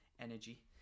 energy